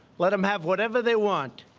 let them have whatever they want.